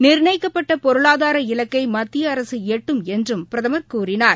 நிர்ணயிக்கப்பட்டபொருளாதார இலக்கைமத்தியஅரசுளட்டும் என்றும் பிரதமர் கூறினார்